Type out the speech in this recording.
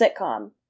sitcom